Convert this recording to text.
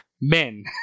men